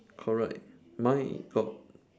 correct mine got